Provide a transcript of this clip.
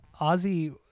ozzy